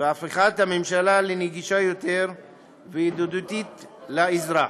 והפיכת הממשלה לנגישה יותר וידידותית לאזרח.